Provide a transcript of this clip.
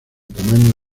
tamaño